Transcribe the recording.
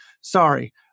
Sorry